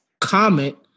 comment